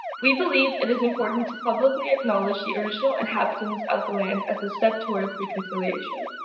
we believe it is important to publicly acknowledge the original inhabitants of the land as a step towards reconciliation.